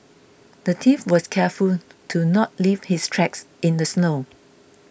the thief was careful to not leave his tracks in the snow